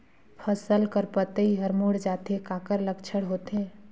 फसल कर पतइ हर मुड़ जाथे काकर लक्षण होथे?